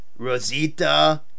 Rosita